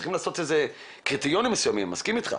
צריכים לעשות קריטריונים מסוימים, אני מסכים איתך.